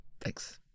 Thanks